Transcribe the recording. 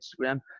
Instagram